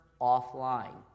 Offline